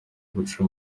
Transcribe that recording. guca